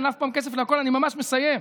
אין אף פעם כסף להכול, אני ממש מסיים.